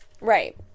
right